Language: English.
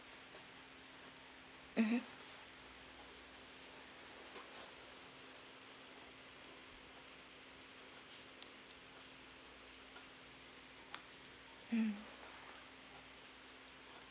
mmhmm mm